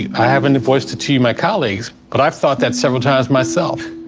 i haven't the voice to teach my colleagues, but i've thought that several times myself.